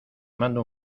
mando